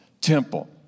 temple